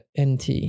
nt